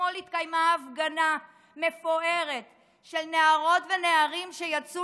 אתמול התקיימה הפגנה מפוארת של נערות שיצאו